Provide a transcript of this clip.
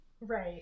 Right